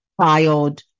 child